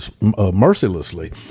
mercilessly